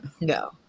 No